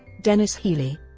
denis healey